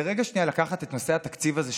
זה רגע לקחת את נושא התקציב הזה,